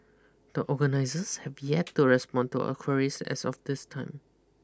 the organisers have be yet to respond to our queries as of this time